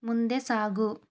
ಮುಂದೆ ಸಾಗು